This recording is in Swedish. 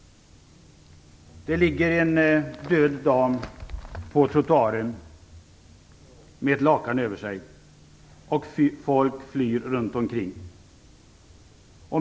Det ligger en död dam på trottoaren med ett lakan över sig och folk flyr runt omkring.